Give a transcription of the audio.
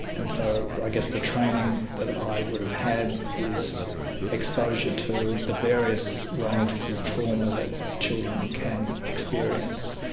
and so, i guess the training that i would have had is exposure to the various ranges of trauma that children can experience,